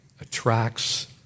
attracts